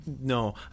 No